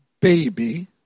baby